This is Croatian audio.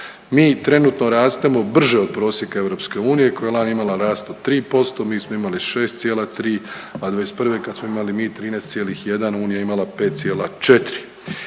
Mi trenutno rastemo brže od prosjeka EU koja je lani imala rast od 3%, mi smo imali 6,3, a '21. kad smo imali mi 13,1 Unija je imala 5,4